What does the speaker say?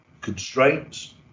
constraints